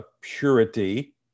purity